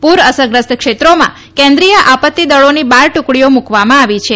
પૂર અસરગ્રસ્ત ક્ષેત્રોમાં કેન્દ્રિથ આપત્તિ દળોની બાર ટુકડીઓ મૂકવામાં આવી રહી છે